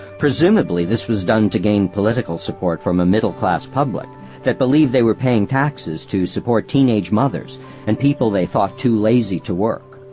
presumably, this was done to gain political support from a middle-class public that believed they were paying taxes to support teenage mothers and people they thought too lazy to work.